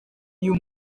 uyu